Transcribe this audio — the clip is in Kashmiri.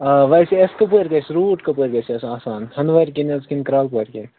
آ ویٚسے اَسہِ کَپٲرۍ گَژھِ روٗٹ کَپٲرۍ گَژھ اَسہِ آسان ہنٛدوارِ کِنہٕ حظ کِنہٕ کرٛالہٕ پورِ کِنۍ